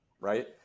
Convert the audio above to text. Right